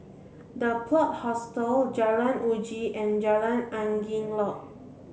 The Plot Hostel Jalan Uji and Jalan Angin Laut